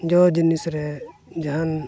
ᱡᱚ ᱡᱤᱱᱤᱥ ᱨᱮ ᱡᱟᱦᱟᱱ